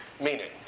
meaning